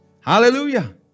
Hallelujah